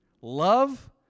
love